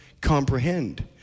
Comprehend